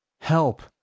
help